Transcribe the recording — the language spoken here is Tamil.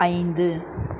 ஐந்து